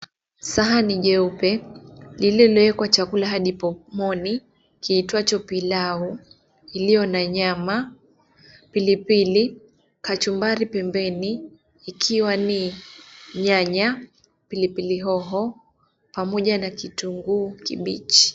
Sahani jeupe lililowekwa sahani hadi pomoni kiitwacho pilau ilio na nyama, pilipili, kachumbari pembeni ikiwa ni nyanya, pilipili hoho pamoja na kitunguu kibichi.